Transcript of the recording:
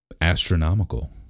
astronomical